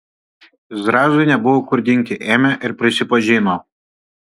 zrazui nebuvo kur dingti ėmė ir prisipažino